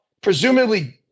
presumably